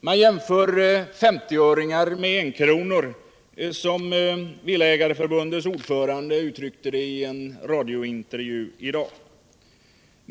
Man jämför femtioöringar med enkronor, som Villaägareförbundets ordförande uttryckte det i en radiointervju i dag.